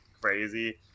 crazy